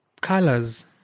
Colors